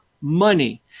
money